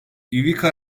i̇vica